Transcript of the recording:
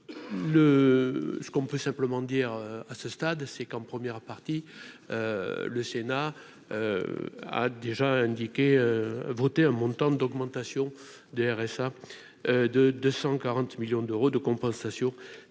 ce qu'on peut simplement dire à ce stade, c'est qu'en première partie, le Sénat a déjà indiqué votez un montant d'augmentation du RSA de 240 millions d'euros de compensation